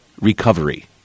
recovery